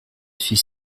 suis